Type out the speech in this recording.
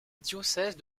diocèse